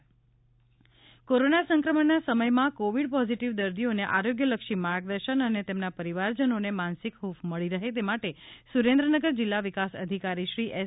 Surendranagar helpline corona સંક્રમણના સમયમાં covid positive દર્દીઓને આરોગ્યલક્ષી માર્ગદર્શન અને તેમના પરિવારજનોને માનસિક હૂંફ મળી રહે તે માટે સુરેન્દ્રનગર જિલ્લા વિકાસ અધિકારીશ્રી એસ